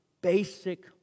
basic